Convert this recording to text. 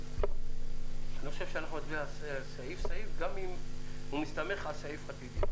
גם אם הסעיף הנדון מסתמך על סעיף עתידי.